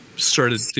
started